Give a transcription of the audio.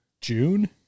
June